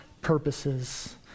purposes